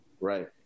right